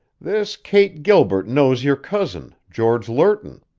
this kate gilbert knows your cousin, george lerton.